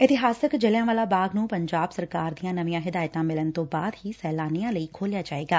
ਇਤਿਹਾਸਿਕ ਜਲਿਆਂਵਾਲਾ ਬਾਗ ਨੂੰ ਪੰਜਾਬ ਸਰਕਾਰ ਦੀਆਂ ਨਵੀਆਂ ਹਦਾਇਤਾਂ ਮਿਲਣ ਤੋਂ ਬਾਅਦ ਹੀ ਸੈਲਾਨੀਆਂ ਲਈ ਖੋਲਿਆ ਜਾਵੇਗਾ